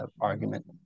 argument